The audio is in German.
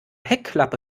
heckklappe